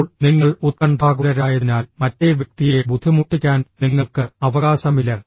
ഇപ്പോൾ നിങ്ങൾ ഉത്കണ്ഠാകുലരായതിനാൽ മറ്റേ വ്യക്തിയെ ബുദ്ധിമുട്ടിക്കാൻ നിങ്ങൾക്ക് അവകാശമില്ല